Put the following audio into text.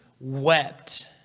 wept